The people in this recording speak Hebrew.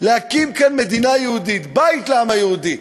להקים כאן מדינה יהודית, בית לעם היהודי?